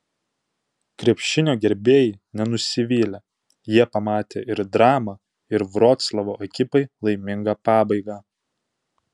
krepšinio gerbėjai nenusivylė jie pamatė ir dramą ir vroclavo ekipai laimingą pabaigą